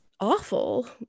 awful